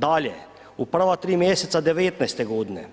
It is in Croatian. Dalje, u prva 3 mjeseca 2019. godine